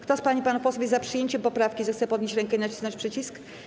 Kto z pań i panów posłów jest za przyjęciem poprawki, zechce podnieść rękę i nacisnąć przycisk.